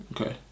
Okay